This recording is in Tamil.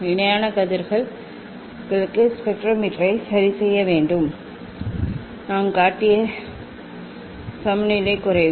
இணையான கதிர்களுக்கு ஸ்பெக்ட்ரோமீட்டரை சரிசெய்ய வேண்டும் மற்றும் படத்தைப் பார்க்க வேண்டும் நாம் காட்டிய சரிசெய்தல் சமநிலைக்கு குறைவு